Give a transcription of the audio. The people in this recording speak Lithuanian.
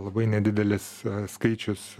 labai nedidelis skaičius